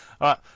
right